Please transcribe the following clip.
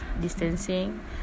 distancing